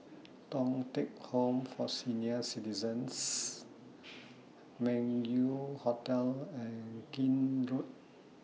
Thong Teck Home For Senior Citizens Meng Yew Hotel and Keene Road